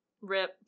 Rip